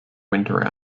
winter